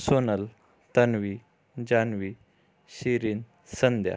Sonal Tanvi Janvi Shirin Sandhya